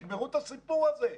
ותגמרו את הסיפור הזה.